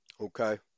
okay